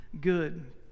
Good